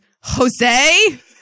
Jose